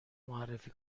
معرفی